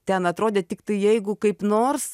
ten atrodė tiktai jeigu kaip nors